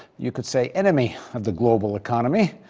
you could say, enemy of the global economy.